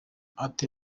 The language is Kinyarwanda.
ate